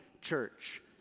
church